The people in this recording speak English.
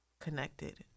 connected